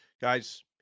Guys